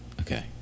Okay